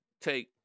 take